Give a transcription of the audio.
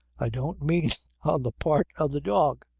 i don't mean on the part of the dog.